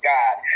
God